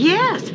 Yes